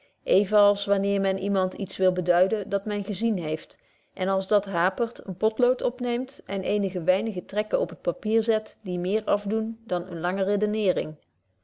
als wanneer men iemand iets wil beduiden dat men gezien heeft en als dat hapert een potloot opneemt en eenige weinige trekken op het papier zet die meer afdoen dan eene lange redeneering